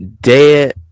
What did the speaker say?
Dead